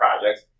projects